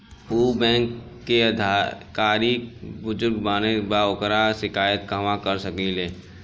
उ बैंक के अधिकारी बद्जुबान बा ओकर शिकायत कहवाँ कर सकी ले